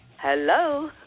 hello